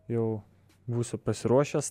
jau būsiu pasiruošęs